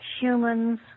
humans